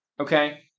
Okay